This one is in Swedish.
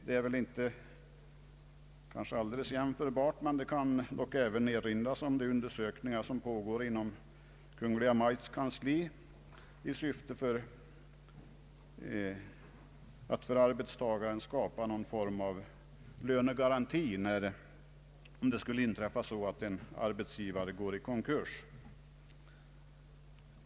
Det kanske inte är alldeles jämförbart, men det kan även nämnas att undersökningar pågår inom Kungl. Maj:ts kansli i syfte att för arbetstagaren skapa någon form av lönegaranti, om arbetsgivare går i konkurs.